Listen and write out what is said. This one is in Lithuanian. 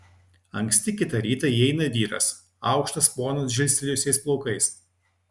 anksti kitą rytą įeina vyras aukštas ponas žilstelėjusiais plaukais